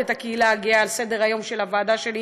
את הקהילה הגאה על סדר-היום של הוועדה שלי,